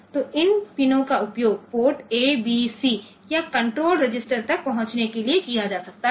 तो इन पिनों का उपयोग पोर्ट ए बी सी या कण्ट्रोल रजिस्टर तक पहुंचने के लिए किया जा सकता है